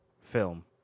film